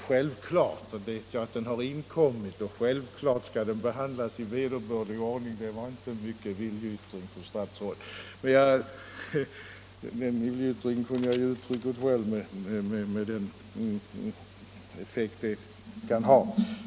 Självfallet vet jag att skrivelsen har inkommit och självfallet skall den behandlas i vederbörlig ordning. Det var inte mycket till viljeyttring, fru statsråd — den viljeyttringen kunde jag avge själv, med den effekt det kan ha.